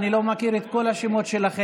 אני לא מכיר את כל השמות שלכם,